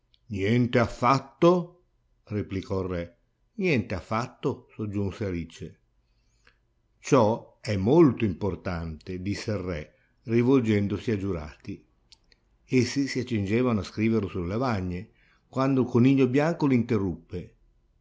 niente affatto replicò il re niente affatto soggiunse alice ciò è molto importante disse il re rivolgendosi a giurati essi si accingevano a scriverlo sulle lavagne quando il coniglio bianco lo interruppe